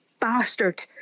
bastard